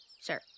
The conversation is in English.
Sir